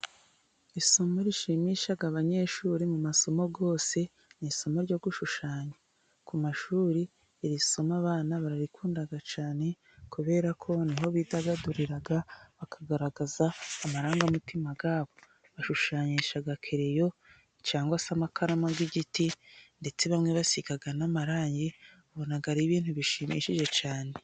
Isomo rishimisha abanyeshuri mu masomo yose, ni isomo ryo gushushanya. Ku mashuri, iri somo abana bararikunda cyane, kubera ko ni aho bidagagurira. Bakagaragaza amarangamutima ya bo, bashushanyisha kereyo cyangwa se amakaramu y'igiti, ndetse bamwe basiga n'amarangi, ubona ari ibintu bishimishije cyane.